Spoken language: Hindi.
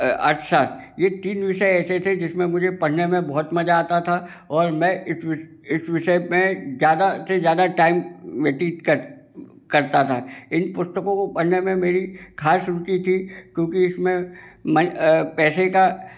अ अर्थशास्त्र ये तीन विषय ऐसे थे जिसमें मुझे पढ़ने में बहुत मज़ा आता था और मैं इस विषय में ज्यादा से ज्यादा टाइम व्यतित करता था इन पुस्तकों को पढ़ने में मेरी खास रुचि थी क्योंकि इसमें माई अ पैसे का